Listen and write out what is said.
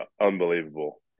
unbelievable